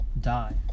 die